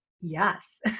Yes